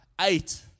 eight